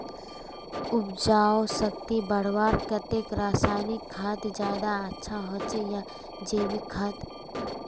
उपजाऊ शक्ति बढ़वार केते रासायनिक खाद ज्यादा अच्छा होचे या जैविक खाद?